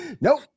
Nope